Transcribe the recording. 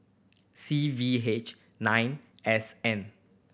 C V H nine S N